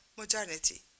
Modernity